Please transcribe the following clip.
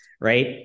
right